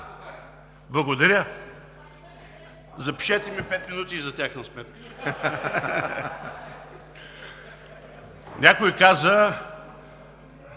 Благодаря. Запишете ми пет минути и за тяхна сметка. (Смях и